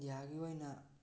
ꯏꯟꯗꯤꯌꯥꯒꯤ ꯑꯣꯏꯅ